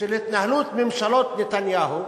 של התנהלות ממשלות נתניהו,